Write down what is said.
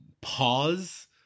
pause